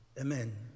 Amen